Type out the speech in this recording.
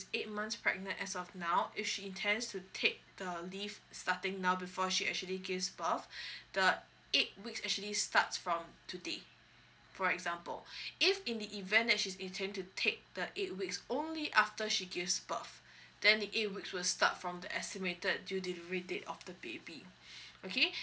eight months pregnant as of now if she intends to take the leave starting now before she actually gives birth the eight weeks actually start from today for example if in the event that she's intend to take the eight weeks only after she gives birth then the eight weeks will start from the estimated due delivery date of the baby okay